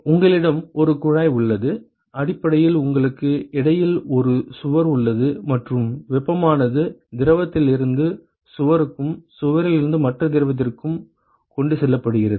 உங்களிடம் ஒரு குழாய் உள்ளது அடிப்படையில் உங்களுக்கு இடையில் ஒரு சுவர் உள்ளது மற்றும் வெப்பமானது திரவத்திலிருந்து சுவருக்கும் சுவரிலிருந்து மற்ற திரவத்திற்கும் கொண்டு செல்லப்படுகிறது